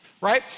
Right